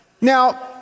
Now